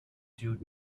doing